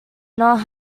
not